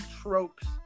tropes